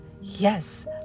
Yes